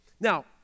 Now